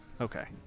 Okay